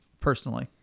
personally